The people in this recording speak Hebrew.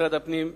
משרד הפנים,